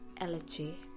elegy